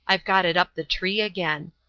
i've got it up the tree again.